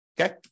okay